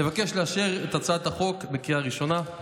נבקש לאשר את הצעת החוק בקריאה ראשונה.